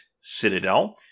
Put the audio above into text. citadel